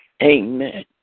Amen